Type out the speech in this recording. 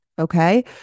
Okay